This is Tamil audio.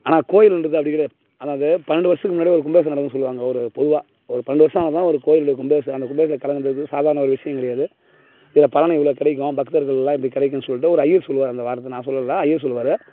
ஆனால் கோயிலுன்றது அப்படி கிடையாது அதாவது பன்னெண்டு வருஷத்துக்கு முன்னாடி ஒரு கும்பாபிஷேகம் நடக்குதுன்னு சொல்லுவாங்க ஒரு பொதுவாக ஒரு பன்னெண்டு வருஷம் ஆனா தான் ஒரு கோயில் கும்பாபிஷேகம் அந்த கும்பாபிஷேகத்தில் கலந்துக்கறது சாதாரண ஒரு விஷயம் கிடையாது இதில் பலன் இவ்வளோ கிடைக்கும் பக்தர்கள் எல்லாம் இப்படி கிடைக்கும் சொல்லிட்டு ஒரு ஐயர் சொல்லுவார் அந்த வார்த்தை நான் சொல்லல ஐயர் சொல்லுவார்